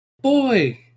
boy